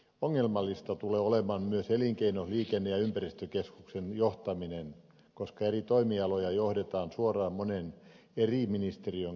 ongelmallista tulee olemaan myös elinkeino liikenne ja ympäristökeskuksen johtaminen koska eri toimialoja johdetaan suoraan monen eri ministeriön kautta